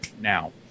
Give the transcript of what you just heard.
now